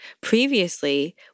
previously